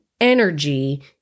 energy